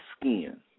skin